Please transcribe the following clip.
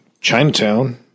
Chinatown